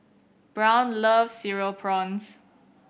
Brown loves Cereal Prawns